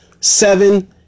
Seven